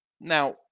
Now